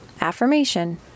Affirmation